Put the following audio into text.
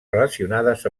relacionades